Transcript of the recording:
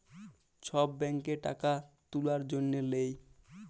ছব ব্যাংকে টাকা তুলার জ্যনহে লেই